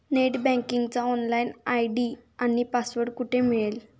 Net बँकिंगचा login ID आणि password कुठे मिळेल?